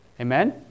Amen